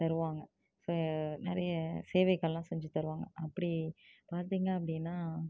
தருவாங்க ஸோ நிறைய சேவைகள்லாம் செஞ்சு தருவாங்க அப்படி பார்த்திங்க அப்படினா